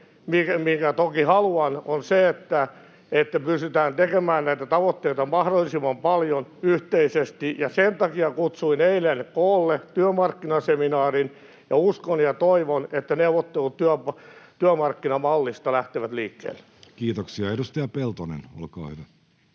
minkä toki haluan, on se, että pystytään tekemään näitä tavoitteita mahdollisimman paljon yhteisesti, ja sen takia kutsuin eilen koolle työmarkkinaseminaarin, ja uskon ja toivon, että neuvottelut työmarkkinamallista lähtevät liikkeelle. Kiitoksia. — Edustaja Peltonen, olkaa hyvä.